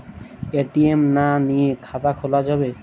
ATM না নিয়ে খাতা খোলা যাবে?